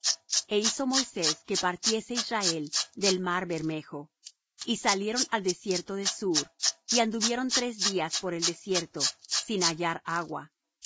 e hizo moisés que partiese israel del mar bermejo y salieron al desierto de shur y anduvieron tres días por el desierto sin hallar agua